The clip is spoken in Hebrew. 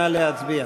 נא להצביע.